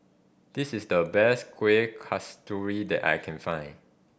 this is the best Kueh Kasturi that I can find